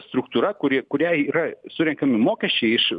struktūra kuri kuriai yra surenkami mokesčiai iš